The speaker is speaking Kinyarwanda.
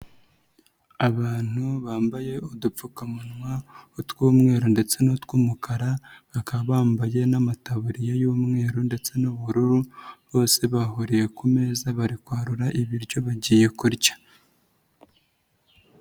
Abantu bambaye udupfukamunwa utw'umweru ndetse n'utw'umukara bakaba bambaye n'amataburiya y'umweru ndetse n'ubururu bose bahuriye ku meza bari kwarura ibiryo bagiye kurya.